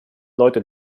leute